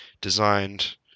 designed